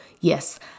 Yes